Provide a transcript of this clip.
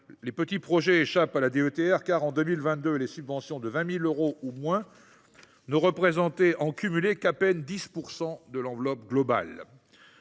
Les petits projets échappent en effet à la DETR : en 2022, les subventions de 20 000 euros ou moins n’ont représenté, en cumulé, qu’à peine 10 % de l’enveloppe globale.